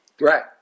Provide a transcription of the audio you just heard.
Right